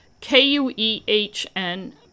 K-U-E-H-N